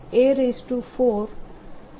B